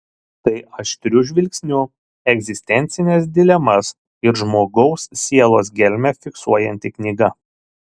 tai aštriu žvilgsniu egzistencines dilemas ir žmogaus sielos gelmę fiksuojanti knyga